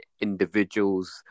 individuals